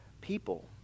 people